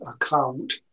account